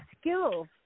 skills